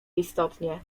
istotnie